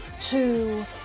two